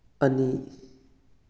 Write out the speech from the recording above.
ꯑꯅꯤ